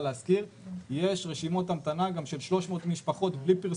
להשכיר יש רשימות המתנה גם של 300 משפחות בלי פרסום,